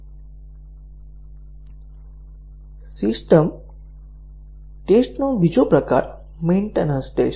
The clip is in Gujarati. સિસ્ટમ ટેસ્ટનો બીજો પ્રકાર મેન્ટેનન્સ ટેસ્ટ છે